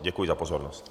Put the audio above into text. Děkuji za pozornost.